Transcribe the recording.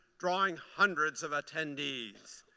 drawing hundreds of attendees.